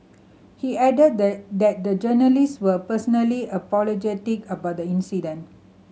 he added the that the journalist were personally apologetic about the incident